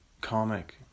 comic